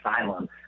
asylum